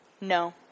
no